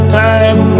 time